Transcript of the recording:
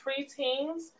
preteens